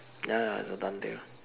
ya ya it's a done deal